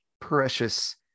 precious